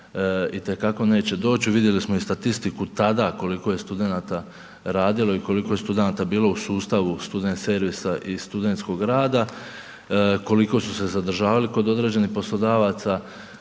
itekako neće doć. Vidjeli smo statistiku tada koliko je studenata radilo i koliko je studenata bilo u sustavu student servisa i studentskog rada, koliko su se zadržavali kod određenih poslodavaca.